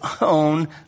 own